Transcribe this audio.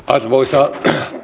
arvoisa